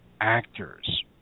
actors